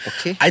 Okay